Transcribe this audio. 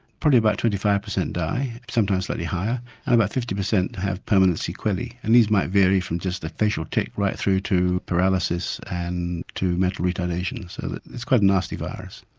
probably about twenty five percent die, sometimes slightly higher and about fifty percent have permanent sequelae and these might vary from just a facial tic right through to paralysis and to mental retardation so it's quite a nasty virus.